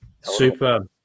Super